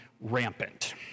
rampant